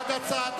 מה זה,